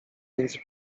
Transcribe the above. między